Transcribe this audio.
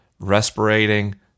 respirating